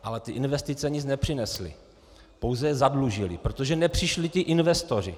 Ale tyto investice nic nepřinesly, pouze je zadlužily, protože nepřišli investoři.